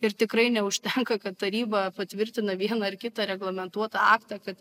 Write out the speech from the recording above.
ir tikrai neužtenka kad taryba patvirtina vieną ar kitą reglamentuotą aktą kad